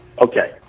Okay